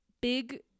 big